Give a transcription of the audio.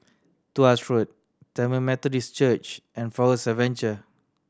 Tuas Road Tamil Methodist Church and Forest Adventure